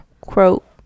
quote